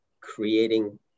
creating